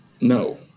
No